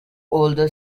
older